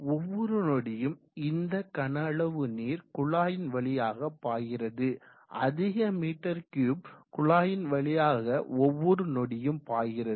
ஒவ்வொரு நொடியும் இந்த கன அளவு நீர் குழாயின் வழியாக பாய்கிறது அதிக மீ3 குழாயின் வழியாக ஒவ்வொரு நொடியும் பாய்கிறது